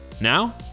Now